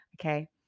Okay